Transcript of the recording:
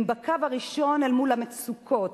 הם בקו הראשון אל מול המצוקות.